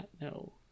No